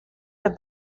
dêr